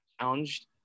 challenged